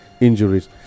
injuries